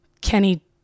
Kenny